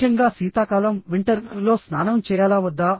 ముఖ్యంగా శీతాకాలం లో స్నానం చేయాలా వద్దా